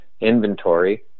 inventory